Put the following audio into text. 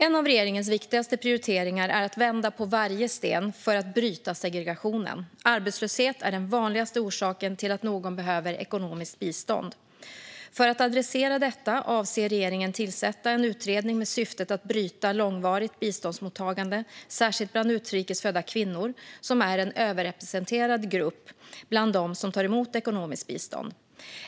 En av regeringens viktigaste prioriteringar är att vända på varje sten för att bryta segregationen. Arbetslöshet är den vanligaste orsaken till att någon behöver ekonomiskt bistånd. För att adressera detta avser regeringen att tillsätta en utredning med syftet att bryta långvarigt biståndsmottagande, särskilt bland utrikesfödda kvinnor, som är en överrepresenterad grupp bland dem som tar emot ekonomiskt bistånd.